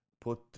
put